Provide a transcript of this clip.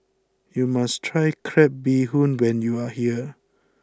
you must try Crab Bee Hoon when you are here